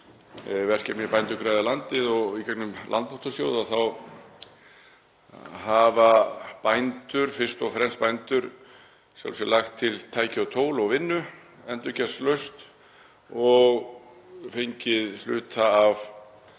verkefnið Bændur græða landið og í gegnum Landbótasjóð að þá hafa bændur, fyrst og fremst bændur í sjálfu sér, lagt til tæki og tól og vinnu endurgjaldslaust og fengið hluta,